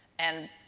and,